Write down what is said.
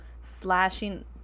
slashing